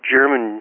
German